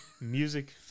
music